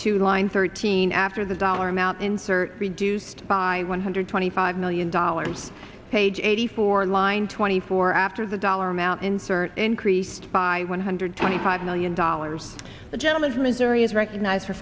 two line thirteen after the dollar amount insert reduced by one hundred twenty five million dollars page eighty four in line twenty four after the dollar amount in turn increased by one hundred twenty five million dollars the gentleman's missouri is recognized for